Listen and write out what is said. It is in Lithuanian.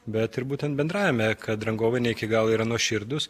bet ir būtent bendrajame kad rangovai ne iki galo yra nuoširdūs